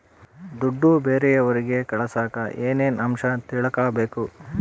ದುಡ್ಡು ಬೇರೆಯವರಿಗೆ ಕಳಸಾಕ ಏನೇನು ಅಂಶ ತಿಳಕಬೇಕು?